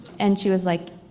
and she was like,